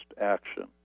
action